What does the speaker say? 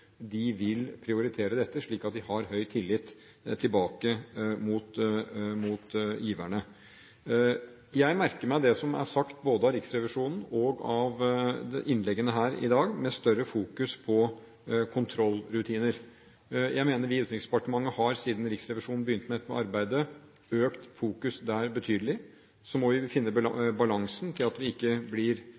de fleste organisasjoner som ønsker å være relevante fremover, vil prioritere dette, slik at de har høy tillit hos giverne. Jeg merker meg det som er sagt, både av Riksrevisjonen og i innleggene her i dag, om større fokus på kontrollrutiner. Jeg mener at vi i Utenriksdepartementet, siden Riksrevisjonen begynte med dette arbeidet, har økt fokuset der betydelig. Så må vi finne balansen, slik at vi ikke blir